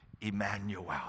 Emmanuel